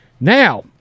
Now